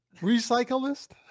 Recyclist